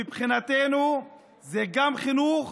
מבחינתנו הלימודים זה גם חינוך,